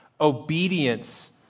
Obedience